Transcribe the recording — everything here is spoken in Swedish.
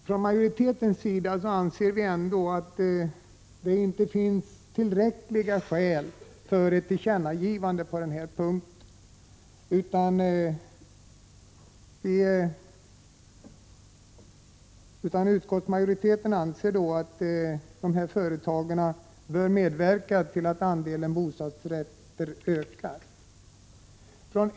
Utskottsmajoriteten anser att det inte finns tillräckliga skäl för ett tillkännagivande på den här punkten utan anser att även dessa företag bör medverka till att andelen bostadsrätter ökar.